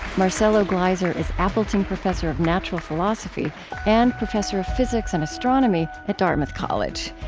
marcelo gleiser is appleton professor of natural philosophy and professor of physics and astronomy at dartmouth college.